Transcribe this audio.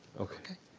okay.